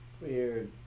weird